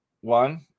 one